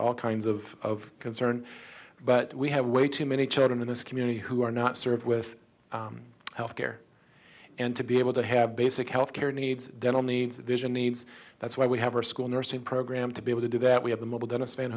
all kinds of concern but we have way too many children in this community who are not served with health care and to be able to have basic health care needs dental needs vision needs that's why we have a school nursing program to be able to do that we have the mobile donn